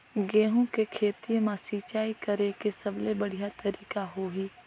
गंहू के खेती मां सिंचाई करेके सबले बढ़िया तरीका होही?